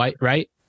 right